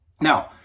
Now